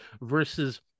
versus